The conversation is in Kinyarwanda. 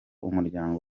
umuryango